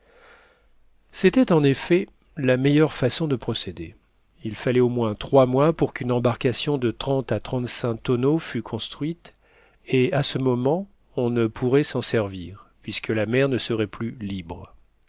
c'était en effet la meilleure façon de procéder il fallait au moins trois mois pour qu'une embarcation de trente à trente-cinq tonneaux fût construite et à ce moment on ne pourrait s'en servir puisque la mer ne serait plus libre